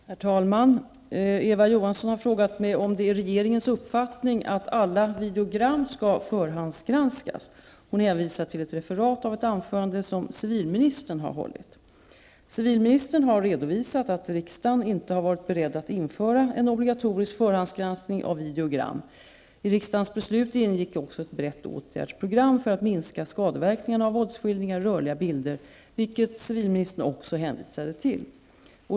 Herr talman! Eva Johansson har frågat mig om det är regeringens uppfattning att alla videogram skall förhandsgranskas. Hon hänvisar till ett referat av ett anförande som civilministern har hållit. Civilministern har redovisat att riksdagen inte varit beredd att införa en obligatorisk förhandsgranskning av videogram. I riksdagens beslut ingick också ett brett åtgärdsprogram för att minska skadeverkningarna av våldsskildringar i rörliga bilder, vilket civilministern också hänvisade till.